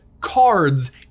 cards